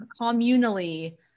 communally